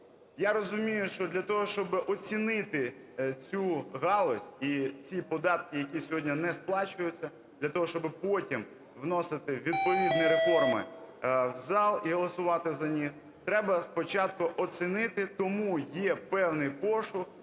Я розумію, що для того, щоб оцінити цю галузь і ці податки, які сьогодні не сплачують для того, щоб потім вносити відповідні реформи в зал і голосувати за них, треба спочатку оцінити, тому є певний поштовх